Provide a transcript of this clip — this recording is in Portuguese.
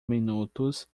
minutos